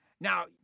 Now